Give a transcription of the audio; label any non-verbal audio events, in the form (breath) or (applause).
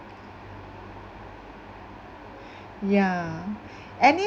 (breath) ya any